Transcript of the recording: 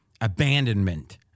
abandonment